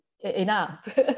enough